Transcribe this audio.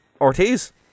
Ortiz